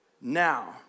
now